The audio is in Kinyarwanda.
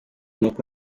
nuko